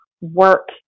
work